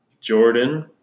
Jordan